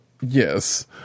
Yes